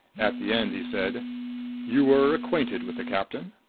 at the end he said you were acquainted with the captain?